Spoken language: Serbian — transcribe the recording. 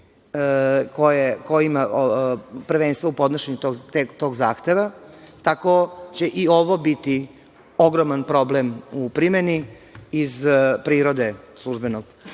ko ima prvenstvo u podnošenju tog zahteva, tako će i ovo biti ogroman problem u primeni iz prirode službenog